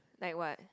like what